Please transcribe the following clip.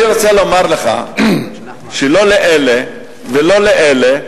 אני רוצה לומר לך שלא לאלה ולא לאלה,